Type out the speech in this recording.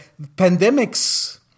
pandemics